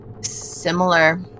similar